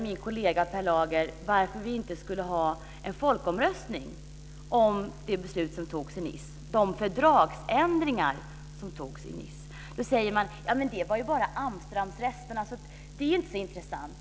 Min kollega Per Lager frågade varför vi inte skulle ha en folkomröstning om de beslut om fördragsändringar som fattades i Nice. Man säger då: Men det gäller ju bara Amsterdamresterna, så det är inte så intressant.